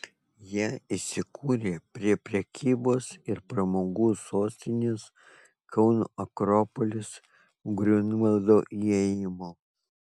jie įsikūrė prie prekybos ir pramogų sostinės kauno akropolis griunvaldo įėjimo